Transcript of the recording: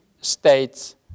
states